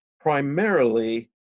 primarily